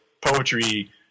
poetry